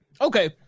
Okay